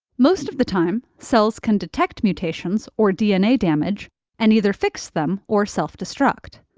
most of the time, cells can detect mutations or dna damage and either fix them or self destruct.